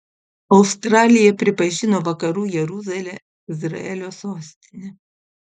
australija pripažino vakarų jeruzalę izraelio sostine